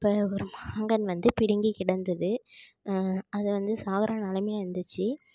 அப்போ ஒரு மாங்கன்று வந்து பிடுங்கி கிடந்தது அது வந்து சாகிற நிலமையில இருந்துச்சு